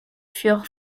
furent